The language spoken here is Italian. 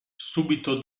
subito